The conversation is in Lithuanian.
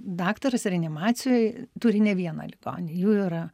daktaras reanimacijoj turi ne vieną ligonį jų yra